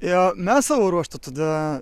o mes savo ruožtu tada